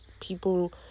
People